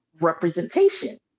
representation